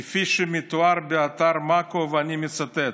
כפי שמתואר באתר מאקו, ואני מצטט: